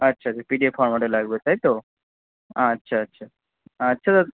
আচ্ছা আচ্ছা পিডিএফ ফরম্যাটে লাগবে তাই তো আচ্ছা আচ্ছা দাদা